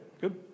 good